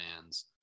fans